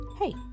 Hey